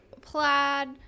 plaid